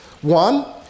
One